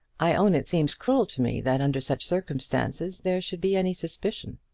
i own it seems cruel to me that under such circumstances there should be any suspicion.